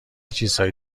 چیزهایی